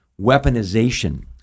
weaponization